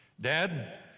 Dad